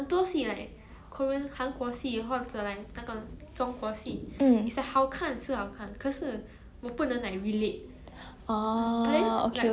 orh okay okay